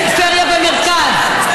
פריפריה ומרכז.